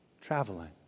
traveling